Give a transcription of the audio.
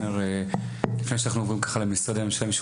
לפני שאנחנו עוברים למשרדי הממשלה,